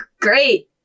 great